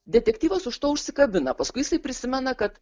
detektyvas už to užsikabina paskui jisai prisimena kad